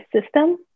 system